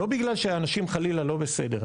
לא בגלל שאנשים חלילה לא בסדר.